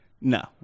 No